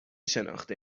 شناخته